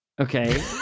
Okay